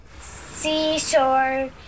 seashore